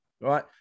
right